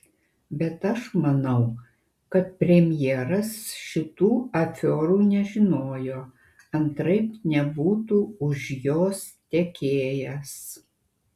bet aš manau kad premjeras šitų afiorų nežinojo antraip nebūtų už jos tekėjęs